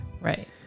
Right